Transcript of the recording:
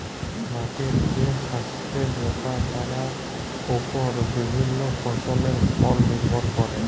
মাটির যে সাস্থের ব্যাপার তার ওপর বিভিল্য ফসলের ফল লির্ভর ক্যরে